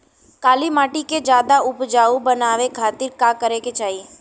काली माटी के ज्यादा उपजाऊ बनावे खातिर का करे के चाही?